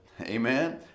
Amen